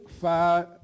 Five